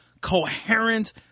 coherent